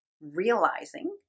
realizing